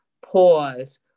Pause